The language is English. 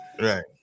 right